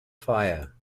fire